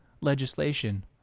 legislation